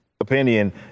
opinion